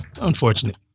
Unfortunate